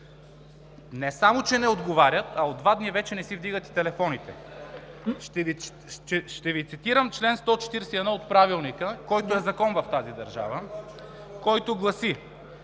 не само че не отговарят, а от два дни вече не си вдигат и телефоните. (Оживление.) Ще Ви цитирам чл. 141 от Правилника, който е закон в тази държава, който гласи: